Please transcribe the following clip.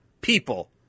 people